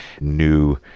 new